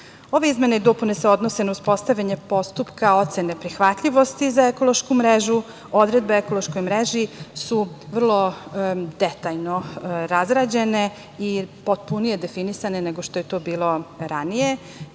izmene i dopune se odnose na uspostavljanje postupka ocene prihvatljivosti za ekološku mrežu. Odredbe o ekološkoj mreži su vrlo detaljno razrađene i potpunije definisane nego što je to bilo ranije,